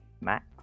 Max